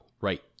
right